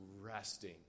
resting